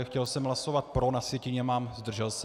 Chtěl jsem hlasovat pro, na sjetině mám zdržel se.